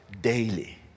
daily